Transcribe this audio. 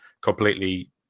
completely